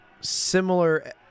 Similar